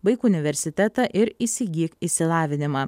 baik universitetą ir įsigyk išsilavinimą